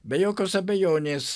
be jokios abejonės